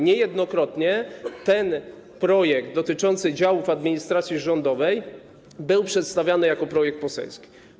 Niejednokrotnie projekty dotyczące działów administracji rządowej były przedstawiane jako projekty poselskie.